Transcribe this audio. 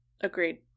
Agreed